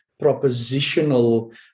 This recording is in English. propositional